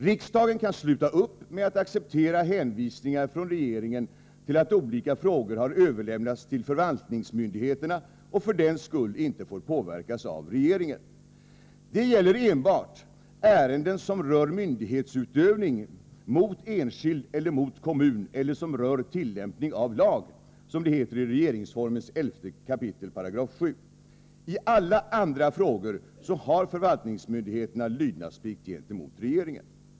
Riksdagen kan sluta upp med att acceptera hänvisningar från regeringen till att olika frågor överlämnats till förvaltnings myndigheterna och för den skull inte får påverkas av regeringen. Det gäller enbart ”ärende som rör myndighetsutövning mot enskild eller mot kommun eller som rör tillämpning av lag”, som det heter i regeringsformens 11 kap 7 §. I alla andra frågor har förvaltningsmyndigheterna lydnadsplikt gentemot regeringen.